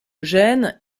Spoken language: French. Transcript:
eugène